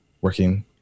working